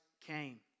came